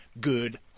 good